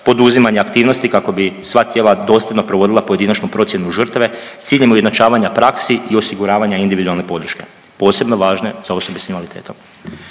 poduzimanje aktivnosti kako bi sva tijela dosljedno provodila pojedinačnu procjenu žrtve s ciljem ujednačavanja praksi i osiguravanja individualne podrške, posebno važne za osobe s invaliditetom.